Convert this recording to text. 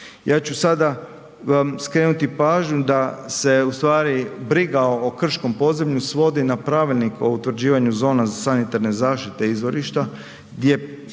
Ja ću sada vam skrenuti pažnju da se u stvari briga o krškom podzemlju svodi na Pravilnik o utvrđivanju zona za sanitarne zaštite izvorišta gdje